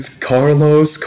Carlos